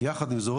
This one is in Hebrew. יחד עם זאת,